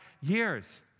years